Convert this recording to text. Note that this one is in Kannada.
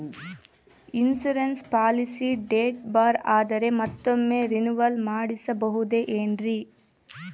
ಇನ್ಸೂರೆನ್ಸ್ ಪಾಲಿಸಿ ಡೇಟ್ ಬಾರ್ ಆದರೆ ಮತ್ತೊಮ್ಮೆ ರಿನಿವಲ್ ಮಾಡಿಸಬಹುದೇ ಏನ್ರಿ?